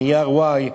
נייר y,